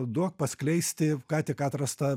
duok paskleisti ką tik atrastą